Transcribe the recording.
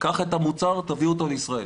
קח את המוצר, תביא אותו לישראל.